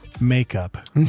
makeup